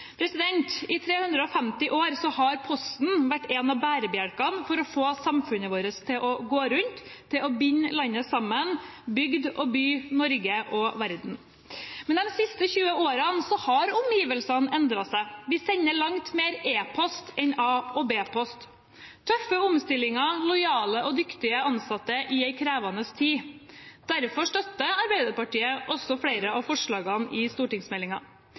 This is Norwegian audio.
I 350 år har Posten vært en av bærebjelkene for å få samfunnet vårt til å gå rundt, til å binde landet sammen – bygd og by, Norge og verden. Men de siste 20 årene har omgivelsene endret seg. Vi sender langt mer e-post enn A- og B-post: tøffe omstillinger, lojale og dyktige ansatte i en krevende tid. Derfor støtter også Arbeiderpartiet flere av forslagene i